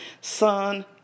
son